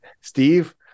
Steve